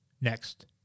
Next